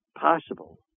possible